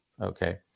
Okay